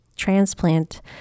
transplant